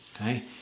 Okay